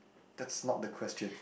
that's not the question